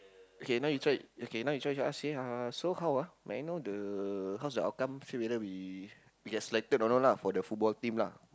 okay now you try okay now you try ask say uh so how ah may I know the how's the outcome see whether we we get selected or not lah for the football team lah